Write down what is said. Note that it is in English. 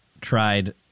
tried